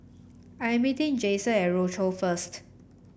I meeting Jayson at Rochor first